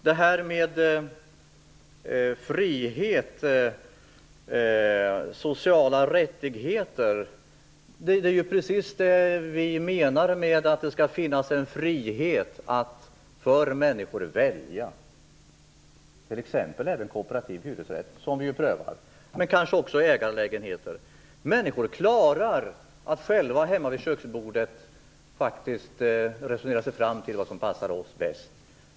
Frihet och sociala rättigheter nämndes. Det är precis det vi menar när vi säger att det skall finnas en frihet för människor att välja. De kan t.ex. välja kooperativ hyresrätt, som vi ju prövar, eller kanske också ägarlägenheter. Människor klarar faktiskt att själva hemma vid köksbordet resonera sig fram till vad som passar dem bäst.